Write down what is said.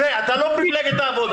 צא, אתה לא מפלגת העבודה.